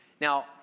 Now